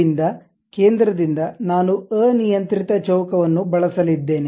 ಅಲ್ಲಿಂದ ಕೇಂದ್ರದಿಂದ ನಾನು ಅನಿಯಂತ್ರಿತ ಚೌಕವನ್ನು ಬಳಸಲಿದ್ದೇನೆ